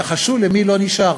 נחשו למי לא נשאר?